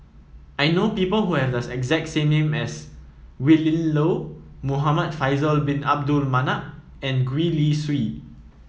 I know people who have the exact same name as Willin Low Muhamad Faisal Bin Abdul Manap and Gwee Li Sui